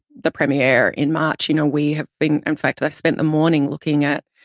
the premier in march. you know, we have been, in fact, i spent the morning looking at,